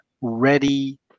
ready